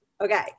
Okay